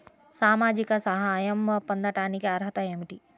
సామాజిక సహాయం పొందటానికి అర్హత ఏమిటి?